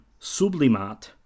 sublimat